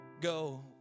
Go